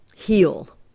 heal